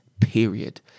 period